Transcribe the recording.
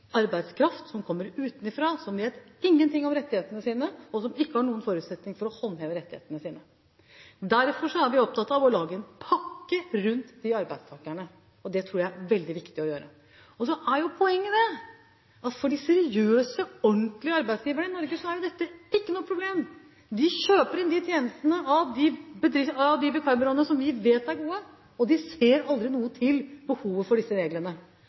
arbeidskraft som kommer utenfra, som ikke vet noe om rettighetene sine, og som ikke har noen forutsetning for å kunne håndheve rettighetene sine. Derfor er vi opptatt av å lage en pakke rundt de arbeidstakerne. Det tror jeg det er veldig viktig å gjøre. Så er poenget at for de seriøse, ordentlige arbeidsgiverne i Norge er ikke dette noe problem. De kjøper inn tjenestene av de vikarbyråene som vi vet er gode, og de ser aldri noe behov for disse reglene.